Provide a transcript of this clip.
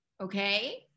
okay